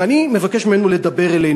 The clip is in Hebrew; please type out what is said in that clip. ואני מבקש ממנו לדבר אלינו.